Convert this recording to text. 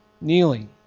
Kneeling